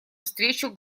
встречу